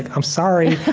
i'm sorry.